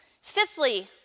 Fifthly